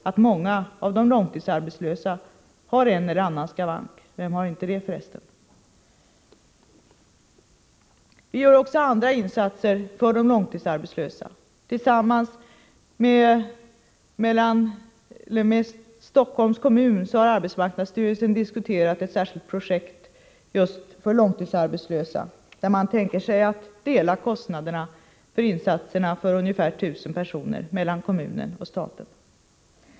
Många av de långtidsarbetslösa har en och annan skavank — vem har inte det för resten? Vi föreslår dessutom andra insatser för de långtidsarbetslösa. Tillsammans med Stockholms kommun har arbetsmarknadsstyrelsen diskuterat ett särskilt projekt just för långtidsarbetslösa där kostnaderna för insatserna för ungefär 1 000 personer skall delas mellan kommunen och staten.